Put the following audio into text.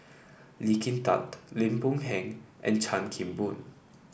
Lee Kin Tat Lim Boon Heng and Chan Kim Boon